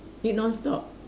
eat non-stop